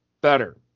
better